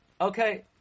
Okay